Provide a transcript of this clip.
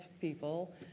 people